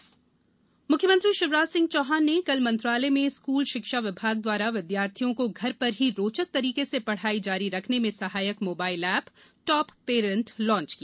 top parent app मुख्यमंत्री शिवराज सिंह चौहान ने कल मंत्रालय में स्कूल शिक्षा विभाग द्वारा विद्यार्थियों को घर पर ही रोचक तरीके से पढ़ाई जारी रखने में सहायक mobile app top parent launch किया